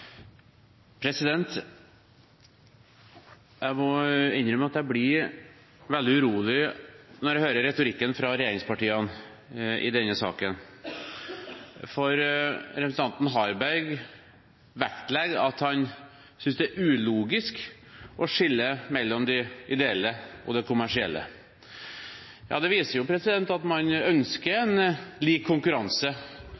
kritiserer. Jeg må innrømme at jeg blir veldig urolig når jeg hører retorikken fra regjeringspartiene i denne saken. Representanten Harberg vektlegger at han synes det er ulogisk å skille mellom de ideelle og de kommersielle. Det viser at man ønsker